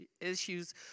issues